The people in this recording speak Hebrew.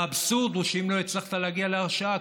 והאבסורד הוא שאם לא הצלחת להגיע להרשעה,